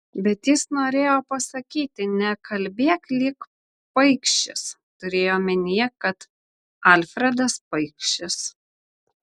bet jis norėjo pasakyti nekalbėk lyg paikšis turėjo omenyje kad alfredas paikšis